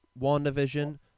WandaVision